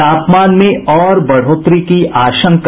तापमान में और बढ़ोतरी की आशंका